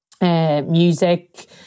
music